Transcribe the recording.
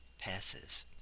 passes